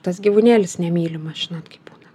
tas gyvūnėlis nemylimas žinot kaip būna